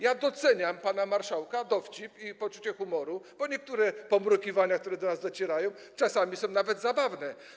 Ja doceniam pana marszałka dowcip i poczucie humoru, bo niektóre pomrukiwania, jakie do nas docierają, czasami są nawet zabawne.